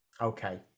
okay